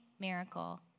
miracle